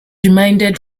reminded